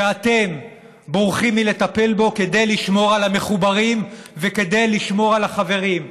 שאתם בורחים מלטפל בו כדי לשמור על המחוברים וכדי לשמור על החברים.